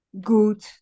good